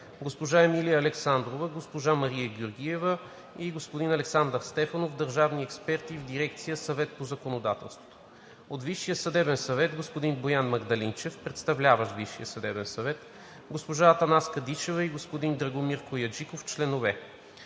госпожа Емилия Александрова, госпожа Мария Георгиева и господин Александър Стефанов – държавни експерти в дирекция „Съвет по законодателство“; от Висшия съдебен съвет: господин Боян Магдалинчев – представляващ Висшия съдебен съвет, госпожа Атанаска Дишева и господин Драгомир Кояджиков – членове;